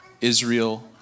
Israel